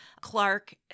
Clark